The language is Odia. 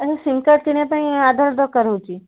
ଆଚ୍ଛା ସିମ୍ କାର୍ଡ଼ କିଣିବା ପାଇଁ ଆଧାର ଦରକାର ହେଉଛି